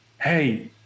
hey